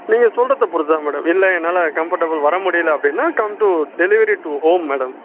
நீங்கள் சொல்கிறத பொறுத்துதான் மேடம் இல்லை என்னால் கம்ஃபர்டபுள் வரமுடியல அப்படின்னா come to delivery to home madam